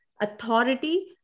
authority